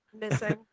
Missing